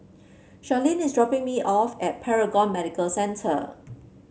Charline is dropping me off at Paragon Medical Centre